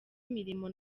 imirimo